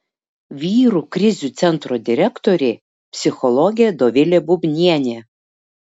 vyrų krizių centro direktorė psichologė dovilė bubnienė